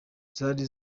zari